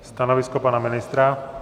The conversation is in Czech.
Stanovisko pana ministra?